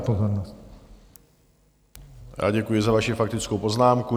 Já děkuji za vaši faktickou poznámku.